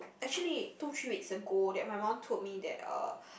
actually two three weeks ago that my mum told me that uh